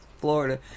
Florida